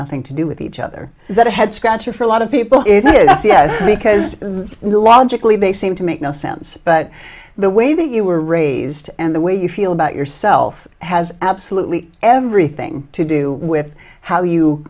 nothing to do with each other is that a head scratcher for a lot of people yes because logically they seem to make no sense but the way that you were raised and the way you feel about yourself has absolutely everything to do with how you